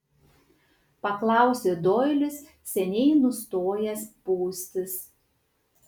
paklausė doilis seniai nustojęs pūstis